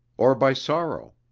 or by sorrow?